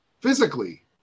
physically